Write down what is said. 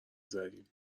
زدیم